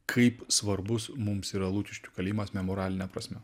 kaip svarbus mums yra lukiškių kalėjimas memoraline prasme